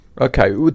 Okay